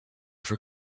for